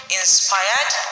inspired